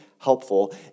helpful